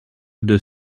deux